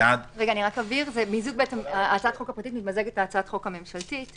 אבהיר שהצעת החוק הפרטית מתמזגת להצעת החוק הממשלתית.